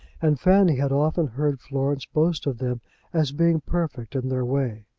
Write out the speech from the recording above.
and fanny had often heard florence boast of them as being perfect in their way.